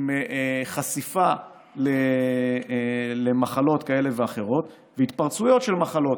בחשיפה למחלות כאלה ואחרות והתפרצויות של מחלות.